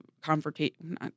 confrontation